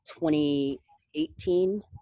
2018